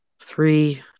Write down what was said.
three